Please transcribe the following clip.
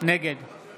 נגד